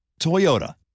Toyota